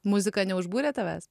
muzika neužbūrė tavęs